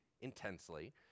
intensely